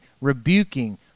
rebuking